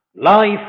life